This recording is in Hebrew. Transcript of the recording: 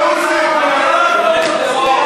מסית.